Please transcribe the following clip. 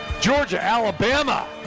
Georgia-Alabama